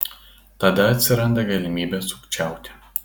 tada atsiranda galimybė sukčiauti